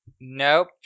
Nope